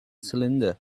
cylinder